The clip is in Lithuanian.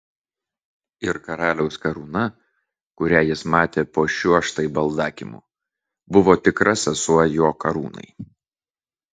ir karaliaus karūna kurią jis matė po šiuo štai baldakimu buvo tikra sesuo jo karūnai